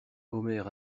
omer